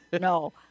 No